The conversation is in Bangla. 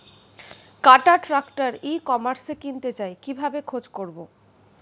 কাটার ট্রাক্টর ই কমার্সে কিনতে চাই কিভাবে খোঁজ করো?